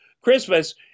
christmas